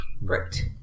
Right